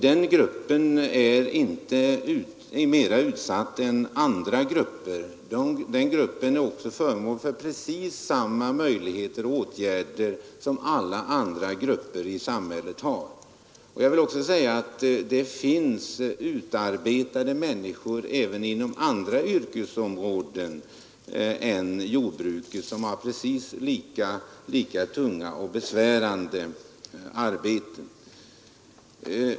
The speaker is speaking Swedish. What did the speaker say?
Den gruppen är inte mera utsatt än andra grupper — den har precis samma möjligheter och omfattas av precis samma åtgärder som alla andra grupper i samhället. Och jag vill också säga att det finns utarbetade människor även inom andra yrkesområden än jordbruket, som har lika tunga och besvärliga arbeten.